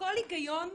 לכל היגיון?